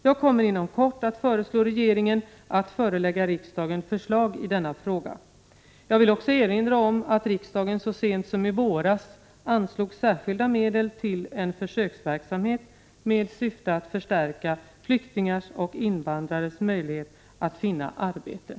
Jag kommer inom kort att föreslå regeringen att förelägga riksdagen förslag i denna fråga. Jag vill också erinra om att riksdagen så sent som i våras anslog särskilda medel till en försöksverksamhet med syfte att förstärka flyktingars och invandrares möjligheter att finna arbete .